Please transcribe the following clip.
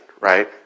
Right